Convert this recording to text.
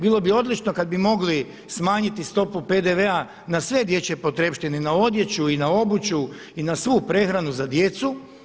Bilo bi odlično kada bi mogli smanjiti stopu PDV-a na sve dječje potrepštine, na odjeću i na obuću i na svu prehranu za djecu.